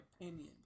opinion